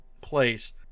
place